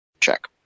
check